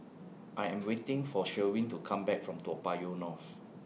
I Am waiting For Sherwin to Come Back from Toa Payoh North